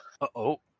Uh-oh